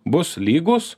bus lygus